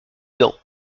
dans